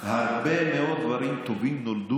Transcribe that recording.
אני אמרתי